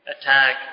Attack